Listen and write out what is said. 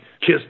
Kiss